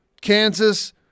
Kansas